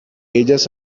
ellas